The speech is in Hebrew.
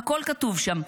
הכול כתוב שם.